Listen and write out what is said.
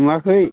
नुवाखै